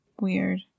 Weird